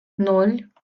ноль